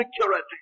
security